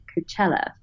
coachella